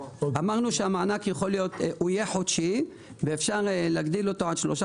אמרנו שהמענק יהיה חודשי ואפשר להגדיל אותו עד שלושה